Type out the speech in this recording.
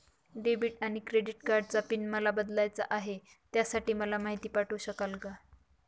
Debit आणि credit कार्डचा PIN मला बदलायचा आहे, त्यासाठी मला माहिती पाठवू शकाल का?